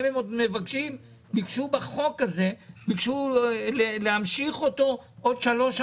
הם עוד ביקשו בחוק הזה להמשיך עוד שלוש,